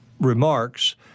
remarks